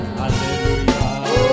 hallelujah